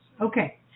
Okay